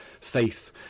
faith